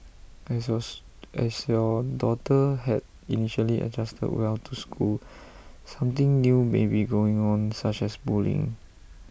as yours as your daughter had initially adjusted well to school something new may be going on such as bullying